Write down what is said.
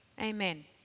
Amen